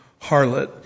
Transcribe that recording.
harlot